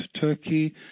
Turkey